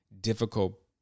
difficult